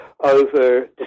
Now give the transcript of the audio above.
over